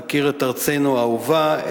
להכיר את ארצנו האהובה,